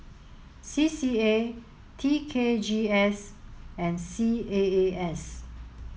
C C A T K G S and C A A S